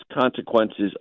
consequences